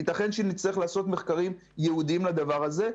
ייתכן שנצטרך לעשות מחקרים ייעודיים לדבר הזה,